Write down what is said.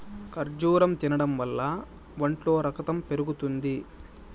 ఖర్జూరం తినడం వల్ల ఒంట్లో రకతం పెరుగుతుంది